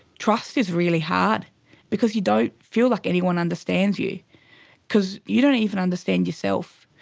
trust is really hard because you don't feel like anyone understands you because you don't even understand yourself.